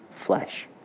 flesh